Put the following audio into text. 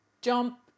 jump